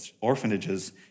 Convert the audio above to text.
orphanages